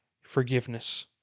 forgiveness